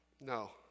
No